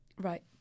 Right